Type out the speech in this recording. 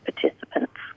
participants